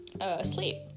asleep